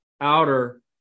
outer